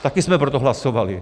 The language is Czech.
Taky jsme pro to hlasovali.